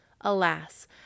Alas